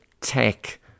tech